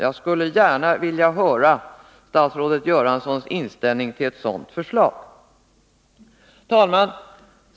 Jag skulle gärna vilja höra vilken inställning statsrådet Göransson har till detta förslag.